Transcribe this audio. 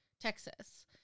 Texas